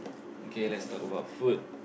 okay let's talk about food